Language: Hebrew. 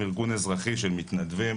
ארגון אזרחי של מתנדבים,